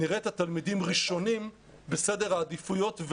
נראה את התלמידים ראשונים בסדר העדיפויות,